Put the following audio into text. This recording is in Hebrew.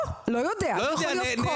או לא יודע, זה יכול להיות כל דבר.